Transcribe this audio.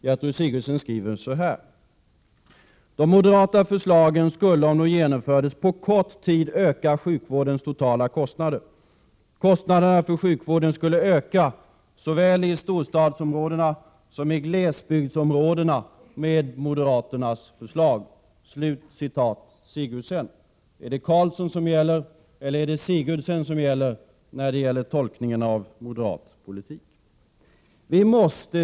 Gertrud Sigurdsen anför: De moderata förslagen skulle, om de genomfördes, på kort tid öka sjukvårdens totala kostnader. Kostnaderna för sjukvården skulle öka såväl i storstadsområdena som i glesbygdsområdena med moderaternas förslag. Så långt Gertrud Sigurdsen. Är det Carlsson eller Sigurdsen som är auktoritet när det gäller tolkningen av moderat politik?